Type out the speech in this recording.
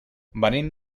venim